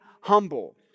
humble